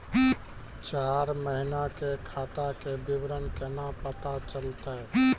चार महिना के खाता के विवरण केना पता चलतै?